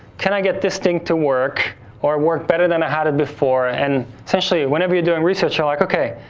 can i get this thing to work or work better than i had it before, and essentially, whenever you're doing research, you're like okay,